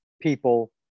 people